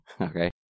okay